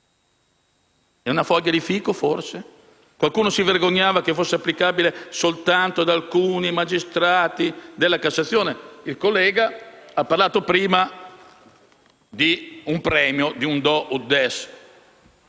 È una foglia di fico forse? Qualcuno si vergognava del fatto che fosse applicabile soltanto ad alcuni magistrati della Cassazione? Il collega Di Maggio ha parlato di un premio, di un *do ut des*.